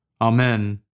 Amen